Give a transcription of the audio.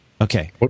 Okay